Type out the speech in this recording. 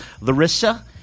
Larissa